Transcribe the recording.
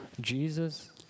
Jesus